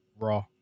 Raw